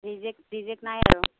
reject reject নাই আৰু